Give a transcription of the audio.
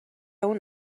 اون